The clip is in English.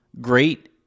great